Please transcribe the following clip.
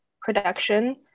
production